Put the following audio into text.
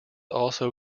also